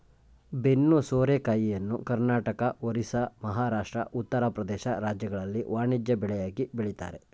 ಬೆನ್ನು ಸೋರೆಕಾಯಿಯನ್ನು ಕರ್ನಾಟಕ, ಒರಿಸ್ಸಾ, ಮಹಾರಾಷ್ಟ್ರ, ಉತ್ತರ ಪ್ರದೇಶ ರಾಜ್ಯಗಳಲ್ಲಿ ವಾಣಿಜ್ಯ ಬೆಳೆಯಾಗಿ ಬೆಳಿತರೆ